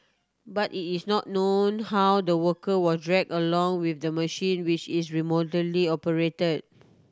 but it is not known how the worker was drag along with the machine which is remotely operated